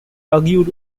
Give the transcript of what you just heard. argued